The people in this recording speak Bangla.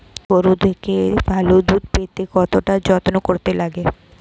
গরুর থেকে ভালো দুধ পেতে কতটা যত্ন করতে লাগে